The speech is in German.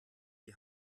die